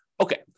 Okay